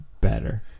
better